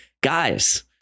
guys